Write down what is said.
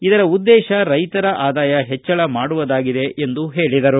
ಇದರ ಉದ್ದೇಶ ರೈತರ ಆದಾಯ ಹೆಚ್ಚಳ ಮಾಡುವುದಾಗಿದೆ ಎಂದರು